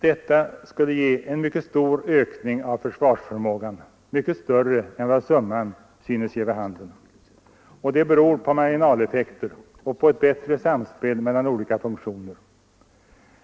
Detta skulle ge en mycket stor ökning av försvarsförmågan, mycket större än vad summan synes ge vid handen. Det beror på marginaleffekter och på bättre samspel mellan olika funktioner.